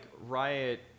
Riot